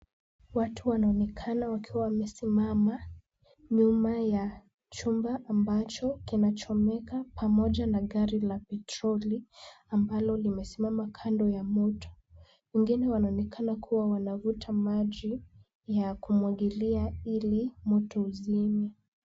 Watu wanaonekana wakiwa wamesimama nyuma ya chumba ambacho kinachomeka pamoja na gari la petroli, ambalo limesimama kando ya moto. Wengine wanaonekana kuwa wanavuta maji ya kumwagilia ili moto uzime.